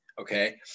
okay